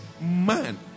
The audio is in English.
man